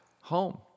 home